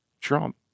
Trump